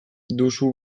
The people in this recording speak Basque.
duzu